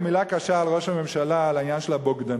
מלה קשה על ראש הממשלה על העניין של הבוגדנות,